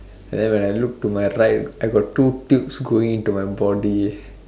then when I look to my right I got two tubes going into my body